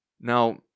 Now